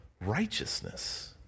righteousness